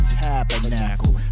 tabernacle